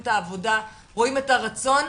את העבודה שהם משקיעים ואת הרצון שלהם,